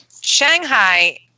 shanghai